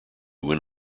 when